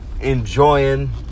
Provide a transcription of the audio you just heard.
enjoying